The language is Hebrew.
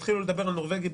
כשהתחילו לדבר על "הנורבגי".